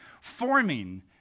forming